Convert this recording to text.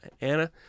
Anna